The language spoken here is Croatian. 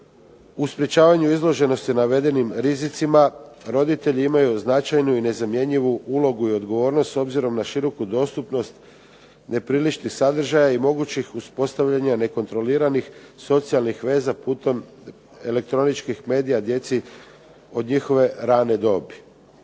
u sprečavanju izloženosti navedenim rizicima roditelji imaju značajnu i nezamjenjivu ulogu i odgovornost s obzirom na široku dostupnost nepriličnih sadržaja i mogućih uspostavljanja nekontroliranih socijalnih veza putem elektroničkih medija djeci od njihove rane dobi.